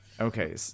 okay